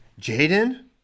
Jaden